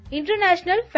International